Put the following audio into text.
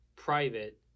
private